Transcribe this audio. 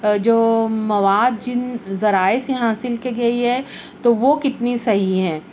جو مواد جن ذرائع سے حاصل کی گئی ہے تو وہ کتنی صحیح ہیں